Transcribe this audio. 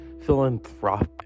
philanthropic